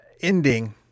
ending